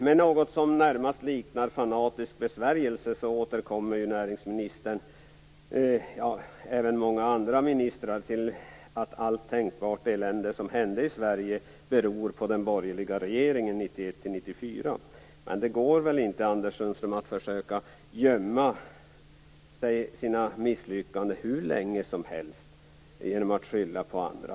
Med något som närmast liknar fanatisk besvärjelse återkommer näringsministern och även många andra ministrar till att allt tänkbart elände som hände i Sverige beror på den borgerliga regeringen 1991-1994. Men det går inte, Anders Sundström, att försöka gömma sina misslyckanden hur länge som helst genom att skylla på andra.